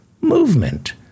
movement